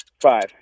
Five